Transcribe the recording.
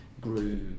grew